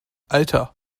alter